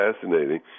fascinating